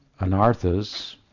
Anarthas